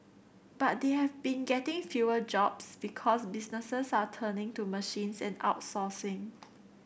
but they have been getting fewer jobs because businesses are turning to machines and outsourcing